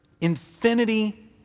infinity